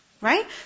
Right